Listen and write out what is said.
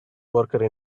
worker